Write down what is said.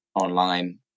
Online